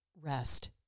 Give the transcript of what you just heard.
rest